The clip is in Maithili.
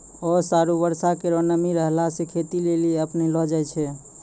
ओस आरु बर्षा केरो नमी रहला सें खेती लेलि अपनैलो जाय छै?